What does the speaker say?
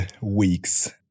weeks